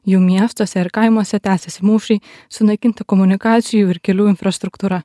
jų miestuose ir kaimuose tęsiasi mūšiai sunaikinti komunikacijų ir kelių infrastruktūra